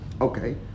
okay